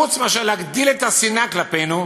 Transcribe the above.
חוץ מאשר להגדיל את השנאה כלפינו,